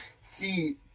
see